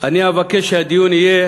אני מבקש שהדיון יהיה